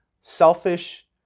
selfish